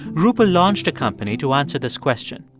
rupal launched a company to answer this question.